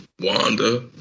Wanda